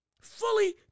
fully